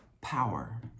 power